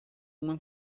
uma